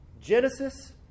Genesis